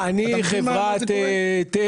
אני חברת טבע